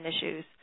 Issues